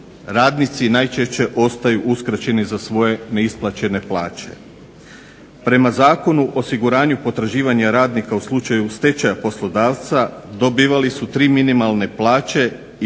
radnici najčešće ostaju uskraćeni za svoje neisplaćene plaće. Prema Zakonu o osiguranju potraživanja radnika u slučaju stečaja poslodavca dobivali su tri minimalne plaće i